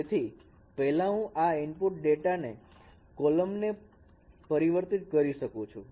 તેથી પહેલા હું આ ઇનપુટ ડેટાના કોલમ ને પરિવર્તિત કરી શકું છું